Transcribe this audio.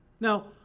Now